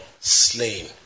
slain